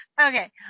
okay